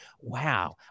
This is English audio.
Wow